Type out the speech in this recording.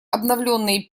обновленные